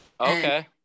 okay